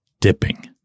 dipping